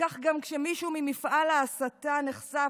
כך גם כשמישהו ממפעל ההסתה נחשף,